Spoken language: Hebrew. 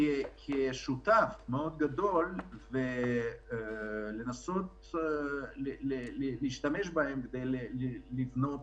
כשותף מאוד גדול ולנסות להשתמש בהן כדי לבנות